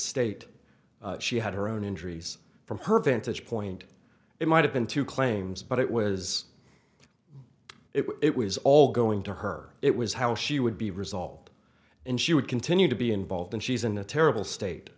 estate she had her own injuries from her vantage point it might have been two claims but it was it was all going to her it was how she would be resolved and she would continue to be involved and she's in a terrible state